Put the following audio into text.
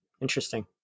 Interesting